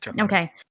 Okay